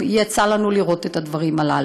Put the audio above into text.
יצא לנו לראות על המסכים את הדברים הללו.